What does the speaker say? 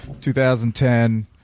2010